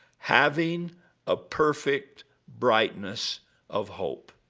having a perfect brightness of hope,